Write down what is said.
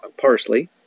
parsley